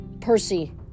Percy